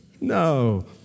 No